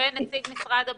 נציג משרד התרבות,